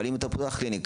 אבל אם אתה פותח קליניקה,